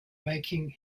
making